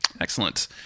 Excellent